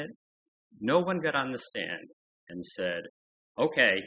it no one got on the stand and said ok